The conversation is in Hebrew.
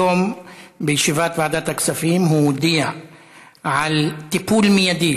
היום בישיבת ועדת הכספים הוא הודיע על טיפול מיידי,